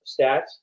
stats